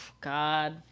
God